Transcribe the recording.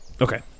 Okay